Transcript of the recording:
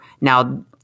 Now